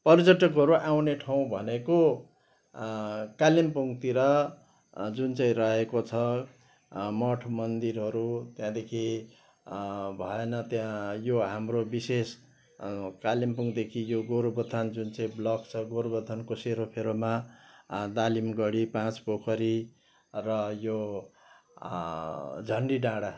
पर्यटकहरू आउने ठाउँ भनेको कालिम्पोङतिर जुन चाहिँ रहेको छ मठ मन्दिरहरू त्यहाँदेखि भएन त्यहाँ यो हाम्रो विशेष कालिम्पोङदेखि यो गोरुबथान जुन चाहिँ ब्लक छ गोरुबथानको सेरोफेरोमा दालिमगढी पाँच पोखरी र यो झन्डी डाँडा